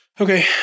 Okay